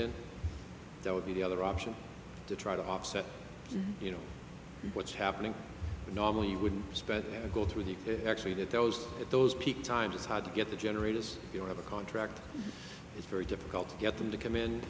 in there would be the other option to try to offset you know what's happening normally would spend and go through the actually that those at those peak times it's hard to get the generators you know have a contract it's very difficult to get them to come in